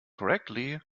correctly